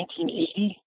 1980